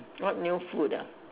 what new food ah